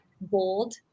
bold